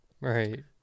Right